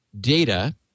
data